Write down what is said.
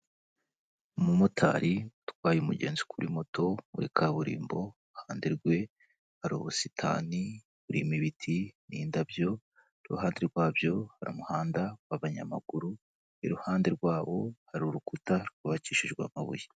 Umumotari utwaye umugenzi kuri moto muri kaburimbo iruhande rwe hari ubusitani burimo ibiti n'indabyo iruhande rwabyo hari umuhanda w'abanyamaguru iruhande rwabo hari urukuta rwubakishijwe amabuye.